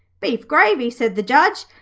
beef gravy said the judge.